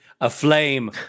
aflame